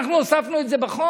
אנחנו הוספנו את זה בחוק.